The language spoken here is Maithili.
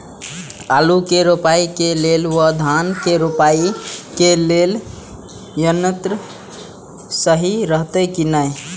आलु के रोपाई के लेल व धान के रोपाई के लेल यन्त्र सहि रहैत कि ना?